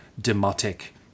demotic